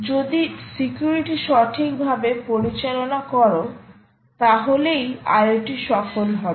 যদি সিকিউরিটি সঠিকভাবে পরিচালনা কর তাহলে IoT সফল হবে